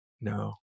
no